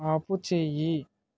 ఆపుచేయి